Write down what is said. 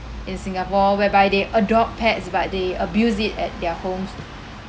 in singapore whereby they adopt pets but they abuse it at their homes